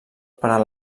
per